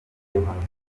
impanuka